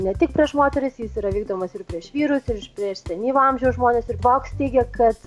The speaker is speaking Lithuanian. ne tik prieš moteris jis yra vykdomas ir prieš vyrus ir prieš senyvo amžiaus žmones ir voks teigia kad